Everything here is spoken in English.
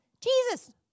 Jesus